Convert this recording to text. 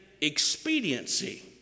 expediency